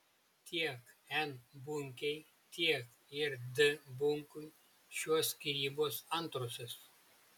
tiek n bunkei tiek ir d bunkui šios skyrybos antrosios